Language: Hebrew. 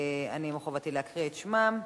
מחובתי להקריא את שמם,